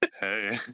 Hey